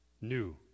new